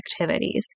activities